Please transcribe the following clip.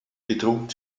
betrug